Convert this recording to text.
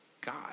God